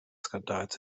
skandals